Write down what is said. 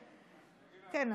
כן,